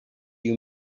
you